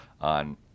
on